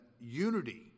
unity